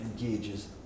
engages